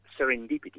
serendipity